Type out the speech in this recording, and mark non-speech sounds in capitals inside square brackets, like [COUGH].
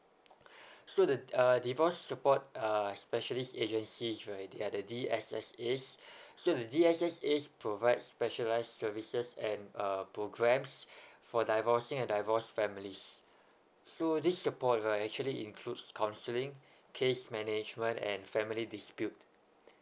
[BREATH] so the uh divorce support uh specialist agencies right they're the D_S_S_As [BREATH] so the D_S_S_As provide specialised services and uh programmes [BREATH] for divorcing a divorced families so this support right actually includes counselling case management and family dispute